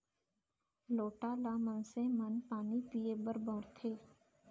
लोटा ल मनसे मन पानी पीए बर बउरथे